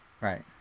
Right